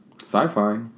Sci-fi